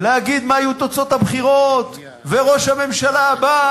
להגיד מה יהיו תוצאות הבחירות וראש הממשלה הבא